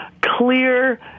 clear